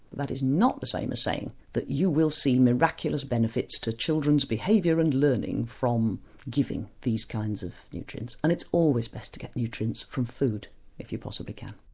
that is not the same as saying that you will see miraculous benefits to children's behaviour and learning from giving these kinds of nutrients and it's always best to get nutrients from food if you possibly can.